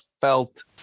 felt